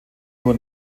nur